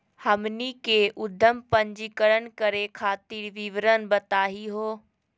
हमनी के उद्यम पंजीकरण करे खातीर विवरण बताही हो?